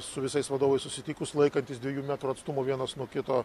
su visais vadovais susitikus laikantis dviejų metrų atstumu vienas nuo kito